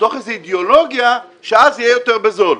מתוך איזו אידיאולוגיה שאז זה יהיה יותר בזול.